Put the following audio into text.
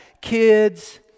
kids